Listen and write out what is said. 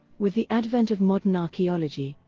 with the advent of modern archaeology,